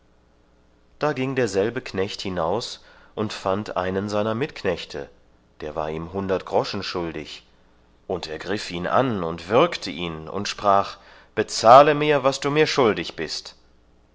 da ging derselbe knecht hinaus und fand einen seiner mitknechte der war ihm hundert groschen schuldig und er griff ihn an und würgte ihn und sprach bezahle mir was du mir schuldig bist